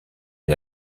est